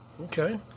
Okay